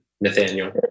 Nathaniel